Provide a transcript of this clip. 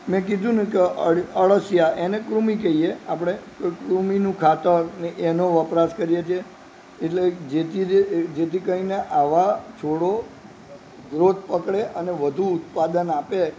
મેં કીધુંને અળસીયા એને આપણે કૃમિ કહીએ આપણે કૃમિનું ખાતર એનો વપરાશ કરીએ છે એટલે જેથી કરીને આવા છોડો ગ્રોથ પકડે અને વધુ ઉત્પાદન આપે